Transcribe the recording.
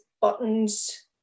buttons